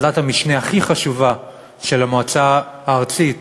בתוך ועדת המשנה הכי חשובה של המועצה הארצית